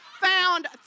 found